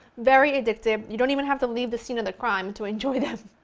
very addictive, you don't even have to leave the scene of the crime to enjoy them.